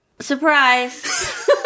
surprise